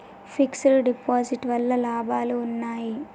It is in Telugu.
ఫిక్స్ డ్ డిపాజిట్ వల్ల లాభాలు ఉన్నాయి?